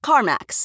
Carmax